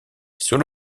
sur